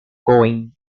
going